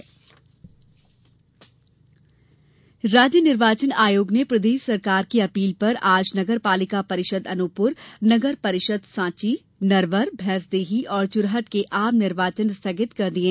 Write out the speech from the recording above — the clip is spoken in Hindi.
चुनाव रदद राज्य निर्वाचन आयोग ने प्रदेश सरकार की अपील पर नगरपालिका परिषद अनूपपुर सहित नगर परिषद सांची नरवर भैंसदेही और चुरहट के आम चुनाव स्थगित किये